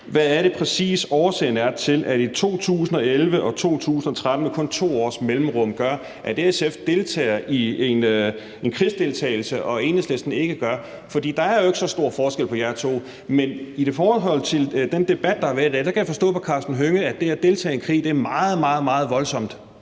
Hvad er det præcis, der er årsagen til, at SF i 2011 og 2013, med kun 2 års mellemrum, stemmer for krigsdeltagelse, og at Enhedslisten ikke gør? For der er jo ikke så stor forskel på jer, men i forhold til den debat, der har været i dag, kan jeg forstå på hr. Karsten Hønge, at det at deltage i krig, er meget, meget voldsomt.